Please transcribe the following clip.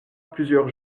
plusieurs